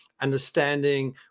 understanding